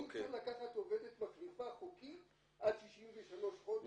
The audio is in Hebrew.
אי אפשר לקחת עובדת מחליפה חוקית עד 63 חודש,